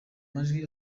majwi